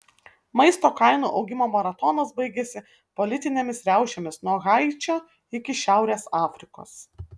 maisto kainų augimo maratonas baigėsi politinėmis riaušėmis nuo haičio iki šiaurės afrikos